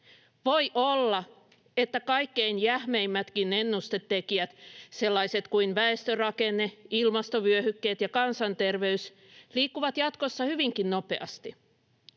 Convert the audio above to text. Voi olla, että kaikkein jähmeimmätkin ennustetekijät — sellaiset kuin väestörakenne, ilmastovyöhykkeet ja kansanterveys — liikkuvat jatkossa hyvinkin nopeasti.